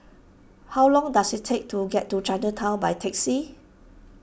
how long does it take to get to Chinatown by taxi